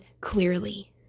clearly